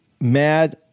mad